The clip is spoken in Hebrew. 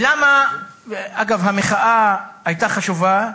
אגב, המחאה ההמונית היתה חשובה,